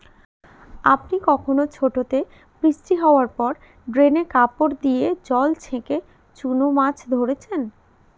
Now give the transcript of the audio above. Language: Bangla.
আপনি কখনও ছোটোতে বৃষ্টি হাওয়ার পর ড্রেনে কাপড় দিয়ে জল ছেঁকে চুনো মাছ ধরেছেন?